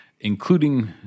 including